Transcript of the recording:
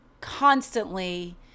constantly